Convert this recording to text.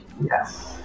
Yes